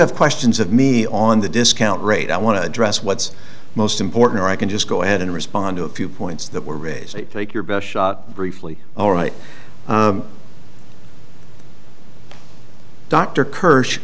have questions of me on the discount rate i want to address what's most important or i can just go ahead and respond to a few points that were raised a take your best shot briefly all right dr k